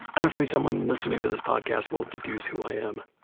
i'm afraid someone listening to this podcast will deduce who i am.